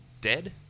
dead